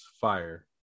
fire